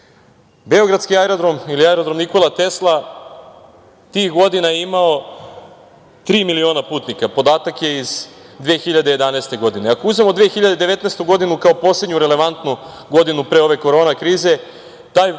Beogradski aerodrom ili aerodrom „Nikola Tesla“ tih godina je imao tri miliona putnika, podatak je iz 2011. godine. Ako uzmemo 2019. godinu kao poslednju relevantnu godinu pre ove korona krize